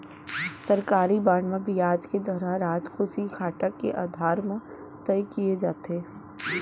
सरकारी बांड म बियाज के दर ह राजकोसीय घाटा के आधार म तय किये जाथे